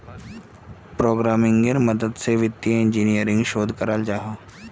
प्रोग्रम्मिन्गेर मदद से वित्तिय इंजीनियरिंग शोध कराल जाहा